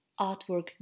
artwork